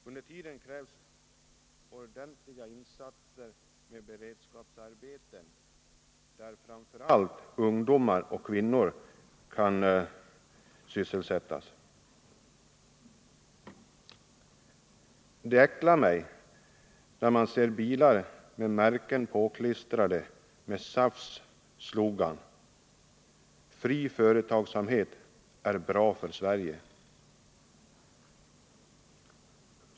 Under tiden krävs ordentliga insatser med beredskapsarbeten där framför allt ungdomar och kvinnor kan sysselsättas. Det äcklar mig när jag ser bilar med märken påklistrade med SAF:s slogan ”Fri företagsamhet är bra för Sverige”.